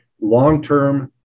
long-term